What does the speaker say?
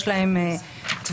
יש להן טווח